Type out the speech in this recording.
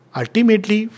ultimately